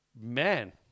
man